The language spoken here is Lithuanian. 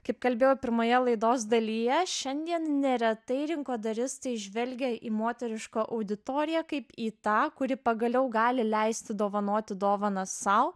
kaip kalbėjau pirmoje laidos dalyje šiandien neretai rinkodaristai žvelgia į moterišką auditoriją kaip į tą kuri pagaliau gali leisti dovanoti dovanas sau